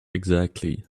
exactly